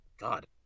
God